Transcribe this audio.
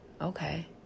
Okay